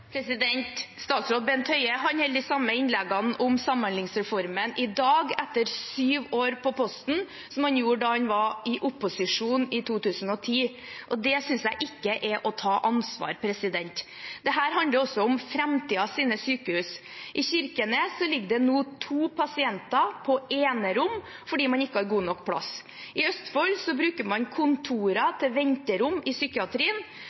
Statsråd Bent Høie holder de samme innleggene om samhandlingsreformen i dag, etter syv år på posten, som han gjorde da han var i opposisjon i 2010. Det synes jeg ikke er å ta ansvar. Dette handler også om framtidens sykehus. I Kirkenes ligger det nå to pasienter på enerom fordi man ikke har god nok plass. I Østfold bruker man kontorer til venterom i psykiatrien.